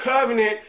covenant